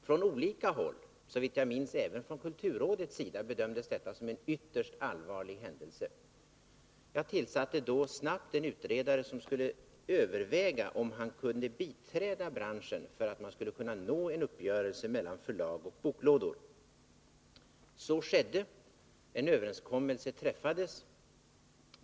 Från olika håll — såvitt jag minns även från kulturrådets sida — bedömdes detta som en ytterst allvarlig händelse. Jag tillsatte då snabbt en utredare som skulle överväga om han kunde biträda branschen för att åstadkomma en uppgörelse mellan förlag och boklådor. Så skedde. En överenskommelse träffades.